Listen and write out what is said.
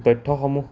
তথ্যসমূহ